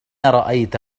رأيت